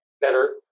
better